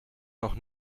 noch